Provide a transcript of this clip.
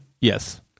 Yes